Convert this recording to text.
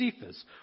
Cephas